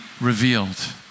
revealed